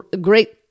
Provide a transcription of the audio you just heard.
great